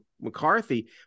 mccarthy